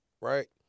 right